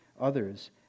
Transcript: others